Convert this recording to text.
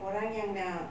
orang yang nak